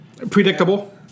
Predictable